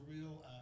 real